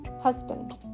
husband